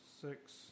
six